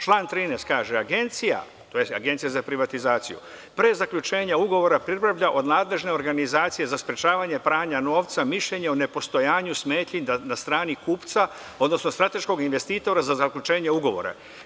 Član 13. kaže: „Agencija“, to je Agencija za privatizaciju, „pre zaključenja ugovora pribavlja od nadležne Organizacije za sprečavanje pranja novca mišljenje o nepostojanju smetnji na strani kupca, odnosno strateškog investitora za zaključenje ugovora.